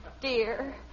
dear